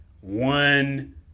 one